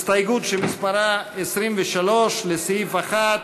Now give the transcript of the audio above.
הסתייגות שמספרה 23 לסעיף 1,